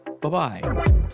Bye-bye